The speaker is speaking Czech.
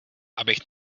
abych